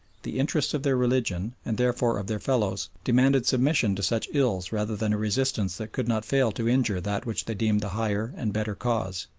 the interests of their religion, and therefore of their fellows, demanded submission to such ills rather than a resistance that could not fail to injure that which they deemed the higher and better cause.